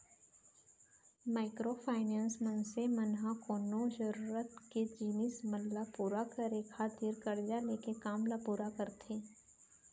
micro finance, मनसे मन ह कोनो जरुरत के जिनिस मन ल पुरा करे खातिर करजा लेके काम ल पुरा करथे